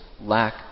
lack